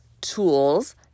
tools